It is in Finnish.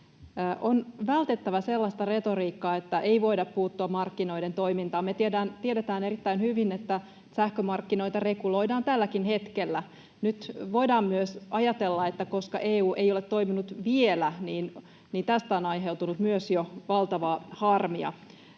On vältettävä sellaista retoriikkaa, että ei voida puuttua markkinoiden toimintaan. Me tiedetään erittäin hyvin, että sähkömarkkinoita reguloidaan tälläkin hetkellä. Nyt voidaan myös ajatella, että koska EU ei ole toiminut vielä, niin tästä on jo aiheutunut valtavaa harmia.